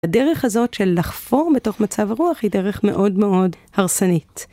הדרך הזאת של לחפור בתוך מצב רוח היא דרך מאוד מאוד הרסנית.